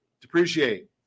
depreciate